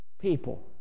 People